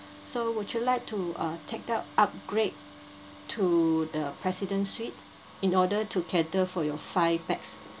so would you like to uh take up upgrade to the president suite in order to cater for your five pax